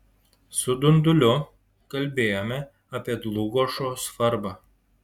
su dunduliu kalbėjome apie dlugošo svarbą